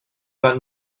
got